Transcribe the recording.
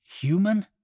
Human